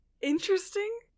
Interesting